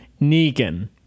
Negan